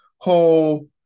whole